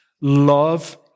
love